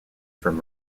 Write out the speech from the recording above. from